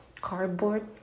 cardboard